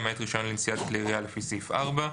למעט רישיון לנשיאת כלי ירייה לפי סעיף 4,